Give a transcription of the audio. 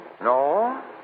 No